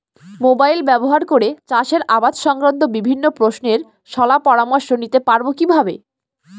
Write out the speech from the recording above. Mobile ব্যাবহার করে চাষের আবাদ সংক্রান্ত বিভিন্ন প্রশ্নের শলা পরামর্শ নিতে পারবো কিভাবে?